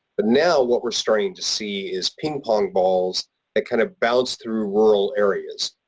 but now what we're starting to see is ping-pong balls that kind of bounce through rural areas.